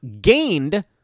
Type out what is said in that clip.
gained